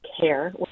care